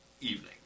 evening